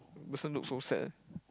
person look so sad eh